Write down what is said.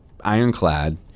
ironclad